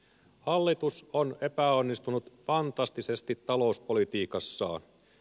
hallitus on epäonnistunut fantastisesti talouspolitiikassaan